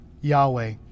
Yahweh